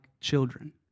children